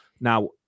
Now